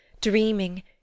dreaming